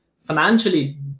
Financially